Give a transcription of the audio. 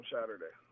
Saturday